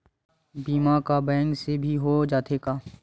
बीमा का बैंक से भी हो जाथे का?